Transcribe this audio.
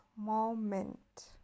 moment